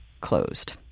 closed